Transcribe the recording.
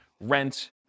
rent